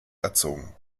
erzogen